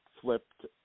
flipped